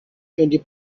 twenty